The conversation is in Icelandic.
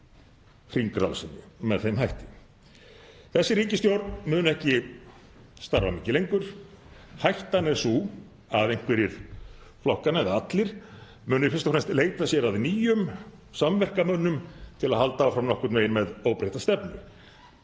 Þessi ríkisstjórn mun ekki starfa mikið lengur. Hættan er sú að einhverjir flokkanna eða allir muni fyrst og fremst leita sér að nýjum samverkamönnum til að halda áfram nokkurn veginn með óbreytta stefnu.